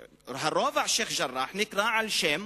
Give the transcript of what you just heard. הרובע שיח'-ג'ראח נקרא על שם